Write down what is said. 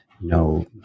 no